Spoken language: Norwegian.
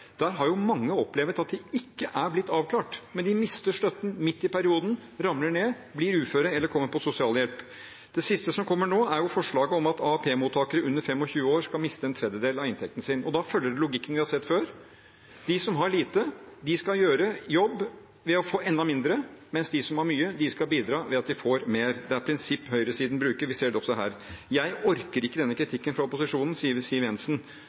har mange opplevd at de ikke er blitt avklart. De mister støtten midt i perioden, de ramler ned, blir uføre eller kommer på sosialhjelp. Det siste som kommer nå, er forslaget om at AAP-mottakere under 25 år skal miste en tredjedel av inntekten sin. Det følger logikken vi har sett før: De som har lite, skal gjøre en jobb ved å få enda mindre, mens de som har mye, skal bidra ved at de får mer. Det er et prinsipp høyresiden bruker, og vi ser det også her. Jeg orker ikke denne kritikken fra opposisjonen, sier Siv Jensen